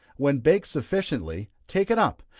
when baked sufficiently, take it up,